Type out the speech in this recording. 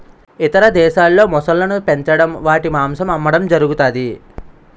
ఇతర దేశాల్లో మొసళ్ళను పెంచడం వాటి మాంసం అమ్మడం జరుగుతది